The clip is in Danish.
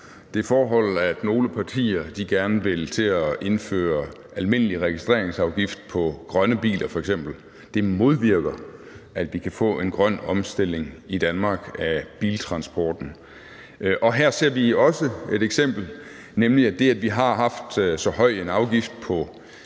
det forhold, at nogle partier gerne vil til at indføre en almindelig registreringsafgift på f.eks. grønne biler, modvirker, at vi kan få en grøn omstilling i Danmark af biltransporten, og her ser vi også et eksempel, nemlig at det, at vi har haft så høj en afgift på